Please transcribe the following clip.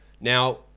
Now